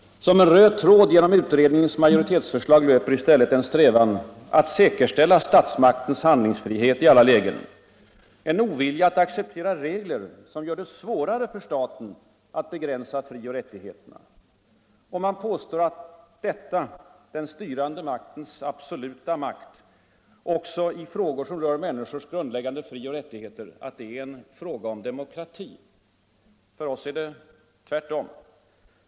Som en röd tråd genom utredningens majoritetsförslag löper i stället strävan att säkerställa statsmaktens handlingsfrihet i alla lägen, oviljan att acceptera regler som gör det svårare för staten att begränsa frioch rättigheterna. Socialdemokratin påstår att detta — den styrande maktens absoluta makt också i frågor som rör människornas grundläggande frioch rättigheter — är en fråga om demokrati. För oss är det tvärtom.